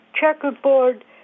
checkerboard